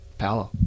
power